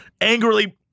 angrily